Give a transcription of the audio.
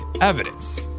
evidence